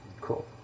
Cool